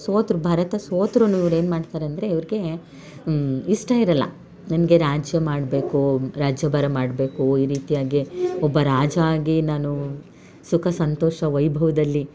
ಸೋತರೂ ಭರತ ಸೋತ್ರೂ ಇವ್ರೇನು ಮಾಡ್ತಾರೆ ಅಂದರೆ ಇವ್ರಿಗೆ ಇಷ್ಟ ಇರಲ್ಲ ನನಗೆ ರಾಜ್ಯ ಮಾಡಬೇಕು ರಾಜ್ಯಭಾರ ಮಾಡಬೇಕು ಈ ರೀತಿಯಾಗಿ ಒಬ್ಬ ರಾಜ ಆಗಿ ನಾನೂ ಸುಖ ಸಂತೋಷ ವೈಭವದಲ್ಲಿ